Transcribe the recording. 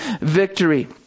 victory